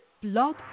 Blog